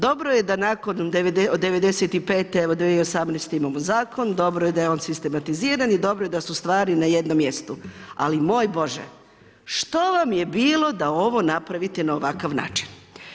Dobro je da nakon '95. evo u 2018. imamo zakon, dobro je da on sistematiziran i dobro je da su stvari na jednom mjestu, ali moj bože, što vam je bilo da ovo napravite na ovaka način?